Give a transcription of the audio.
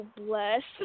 bless